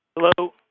hello,